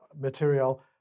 material